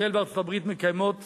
ישראל וארצות-הברית מקיימות